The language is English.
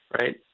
right